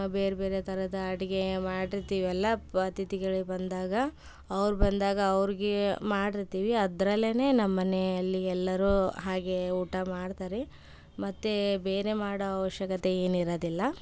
ಬೇರೆ ಬೇರೆ ಥರದ ಅಡುಗೆ ಮಾಡಿರ್ತೀವಲ್ವ ಪ ಅತಿಥಿಗಳಿಗೆ ಬಂದಾಗ ಅವ್ರು ಬಂದಾಗ ಅವ್ರಿಗೆ ಮಾಡಿರ್ತೀವಿ ಅದ್ರಲ್ಲೆ ನಮ್ಮ ಮನೆಯಲ್ಲಿ ಎಲ್ಲರೂ ಹಾಗೇ ಊಟ ಮಾಡ್ತಾರ್ರೀ ಮತ್ತು ಬೇರೆ ಮಾಡೋ ಅವಶ್ಯಕತೆ ಏನಿರೋದಿಲ್ಲ